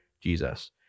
Jesus